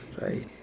right